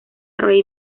ray